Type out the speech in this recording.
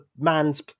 man's